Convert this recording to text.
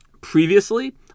Previously